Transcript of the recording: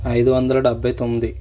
ఐదు వందల డెబ్భై తొమ్మిది